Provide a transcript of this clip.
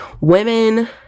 women